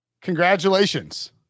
Congratulations